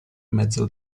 mezzo